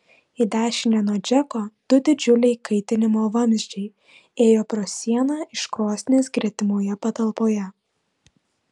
į dešinę nuo džeko du didžiuliai kaitinimo vamzdžiai ėjo pro sieną iš krosnies gretimoje patalpoje